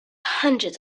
hundreds